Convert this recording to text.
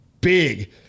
big